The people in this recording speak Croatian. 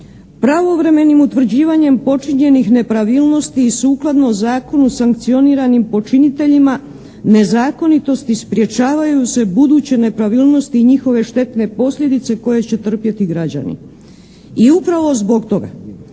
Pravovremenim utvrđivanjem počinjenih nepravilnosti sukladno zakonu sankcioniranim počiniteljima nezakonitosti sprječavaju se buduće nepravilnosti i njihove štetne posljedice koje će trpjeti građani. I upravo zbog toga,